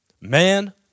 man